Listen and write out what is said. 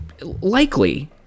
likely